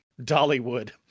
Dollywood